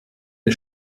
der